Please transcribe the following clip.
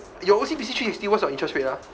your O_C_B_C three-sixty what's your interest rate ah